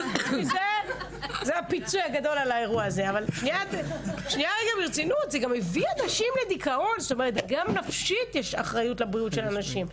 אבל זה מביא נשים לדיכאון ויש אחריות גם לבריאות הנפשית של הנשים.